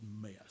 mess